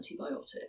antibiotic